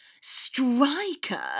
Striker